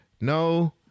no